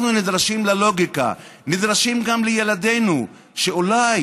אנחנו נדרשים ללוגיקה, נדרשים גם לילדינו, שאולי